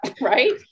right